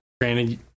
granted